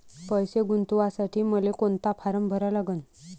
पैसे गुंतवासाठी मले कोंता फारम भरा लागन?